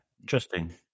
interesting